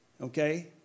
Okay